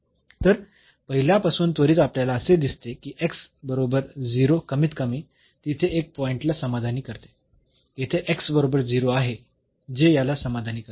तर पहिल्यापासून त्वरित आपल्याला असे दिसते की बरोबर 0 कमीतकमी तिथे एक पॉईंटला समाधानी करते येथे बरोबर आहे जे याला समाधानी करते